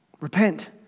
Repent